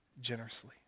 generously